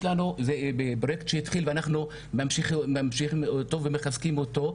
יש לנו פרוייקט שהתחיל ואנחנו ממשיכים אותו ומחזקים אותו,